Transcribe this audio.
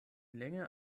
länge